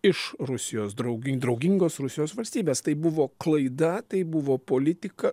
iš rusijos draugin draugingos rusijos valstybės tai buvo klaida tai buvo politika